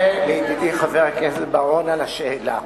לידידי חבר הכנסת בר-און על השאלה.